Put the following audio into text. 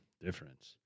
difference